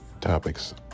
topics